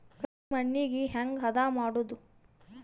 ಕರಿ ಮಣ್ಣಗೆ ಹೇಗೆ ಹದಾ ಮಾಡುದು?